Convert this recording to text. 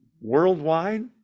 worldwide